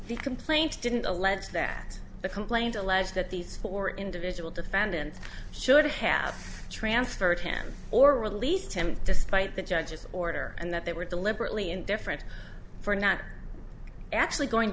the complaints didn't allege that the complaint alleges that these four individual defendants should have transferred hands or released him despite the judge's order and that they were deliberately indifferent for not actually going